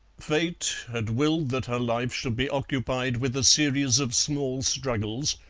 fate had willed that her life should be occupied with a series of small struggles,